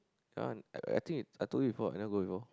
that one uh I think I told you before [what] you never go before